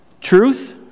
Truth